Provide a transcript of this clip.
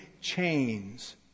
chains